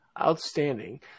Outstanding